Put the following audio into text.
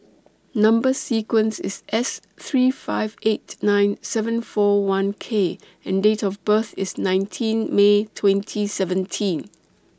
Number sequence IS S three five eight nine seven four one K and Date of birth IS nineteen May twenty seventeen